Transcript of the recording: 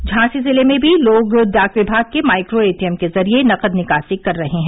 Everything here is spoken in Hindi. झांसी जिले में भी लोग डाक विभाग के माइक्रो एटीएम के जरिए नकद निकासी कर रहे हैं